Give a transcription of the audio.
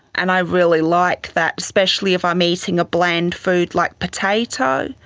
and i really like that, especially if i'm eating a bland food like potato,